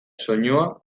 soinua